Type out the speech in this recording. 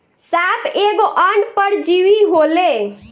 साप एगो अंड परजीवी होले